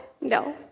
No